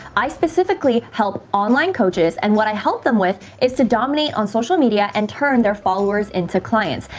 i specifically help online coaches and what i help them with is to dominate on social media and turn their followers into clients.